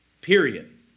period